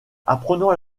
apprenant